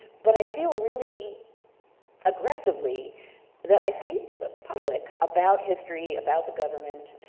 but i feel really aggressively that i speak to the public about history, about the government,